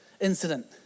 incident